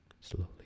Slowly